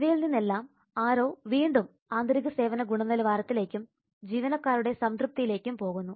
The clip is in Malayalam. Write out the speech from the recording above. ഇവയിൽ നിന്നെല്ലാം ആരോ വീണ്ടും ആന്തരിക സേവന ഗുണനിലവാരത്തിലേക്കും ജീവനക്കാരുടെ സംതൃപ്തിയിലേക്കും പോകുന്നു